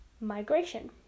migration